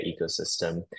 ecosystem